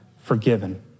forgiven